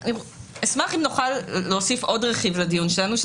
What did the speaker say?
אשמח אם נוכל להוסיף עוד רכיב לדיון שלנו,